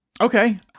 Okay